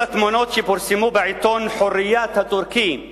התמונות שפורסמו בעיתון "הורייט" הטורקי,